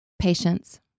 Patience